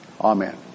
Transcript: Amen